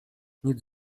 nic